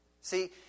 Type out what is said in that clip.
See